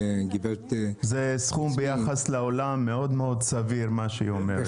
זה סכום סביר מאוד ביחס לעולם, מה שהיא אומרת.